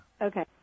Okay